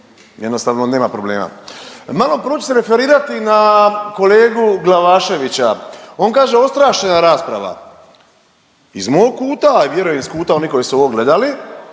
jednostavno nema problema. Malo prvo ću se referirati na kolegu Glavaševića, on kaže ostrašena rasprava, iz mog kuta, a vjerujem iz kuta onih koji su ovo gledali